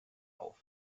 auf